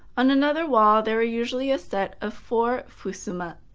on another wall, there were usually a set of four fusuma.